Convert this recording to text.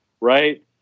Right